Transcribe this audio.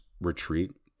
retreat